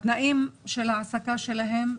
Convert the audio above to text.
תנאי ההעסקה שלהם,